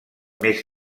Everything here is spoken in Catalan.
més